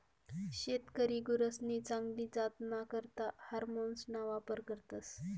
शेतकरी गुरसनी चांगली जातना करता हार्मोन्सना वापर करतस